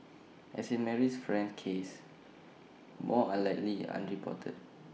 as in Marie's friend's case more are likely unreported